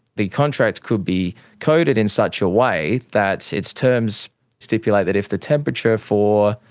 the contract could be coded in such a way that its terms stipulate that if the temperature for,